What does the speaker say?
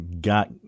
got